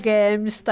Games